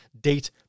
date